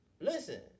Listen